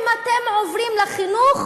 אם אתם עוברים לחינוך